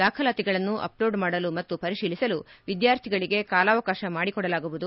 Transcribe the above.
ದಾಖಲಾತಿಗಳನ್ನು ಅಪ್ಲೋಡ್ ಮಾಡಲು ಮತ್ತು ಪರಿಶೀಲಿಸಲು ವಿದ್ವಾರ್ಥಿಗಳಿಗೆ ಕಾಲಾವಕಾಶ ಮಾಡಿಕೊಡಲಾಗುವುದು